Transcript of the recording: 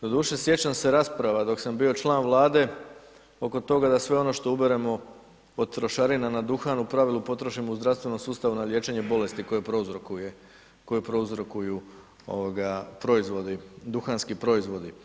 Doduše, sjećam se rasprava dok sam bio član Vlade oko toga da sve ono što uberemo od trošarina na duhan u pravilu potrošimo u zdravstvenom sustavu na liječenje bolesti koje prouzrokuju duhanski proizvodi.